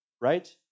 right